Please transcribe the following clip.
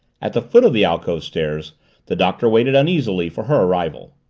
at the foot of the alcove stairs the doctor waited uneasily for her arrival.